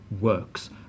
works